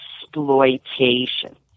exploitation